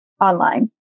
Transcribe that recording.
online